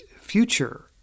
future